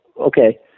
okay